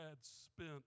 spent